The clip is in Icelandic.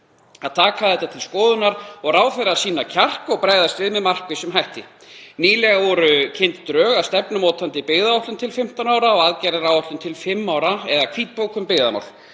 að taka þetta til skoðunar og ráðherra að sýna kjark og bregðast við með markvissum hætti. Nýlega voru kynnt drög að stefnumótandi byggðaáætlun til 15 ára og aðgerðaáætlun til 5 ára, eða hvítbók um byggðamál.